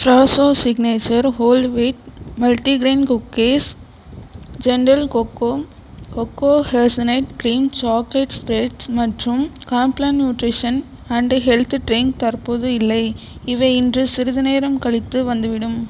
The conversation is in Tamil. Fresho signature whole wheat multigrain cookies gentle cocoa cocoa hazelnut cream chocolate spreads மற்றும் Complan nutrition and health drink தற்போது இல்லை இவை இன்று சிறிது நேரம் கழித்து வந்துவிடும்